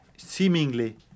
Seemingly